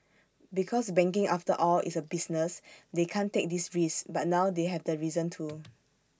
because banking after all is A business they can't take these risks but now they have the reason to